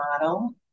model